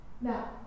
Now